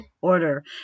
order